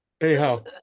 anyhow